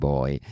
Boy